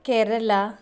Kerala